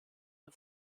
der